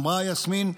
אמרה יסמין,